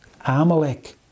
Amalek